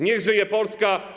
Niech żyje Polska!